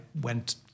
went